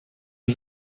jej